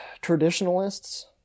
traditionalists